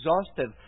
exhausted